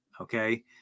okay